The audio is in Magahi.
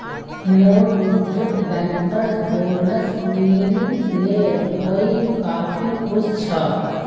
मोर मित्रक बैंकर्स बोनस मिल ले वइ काफी खुश छ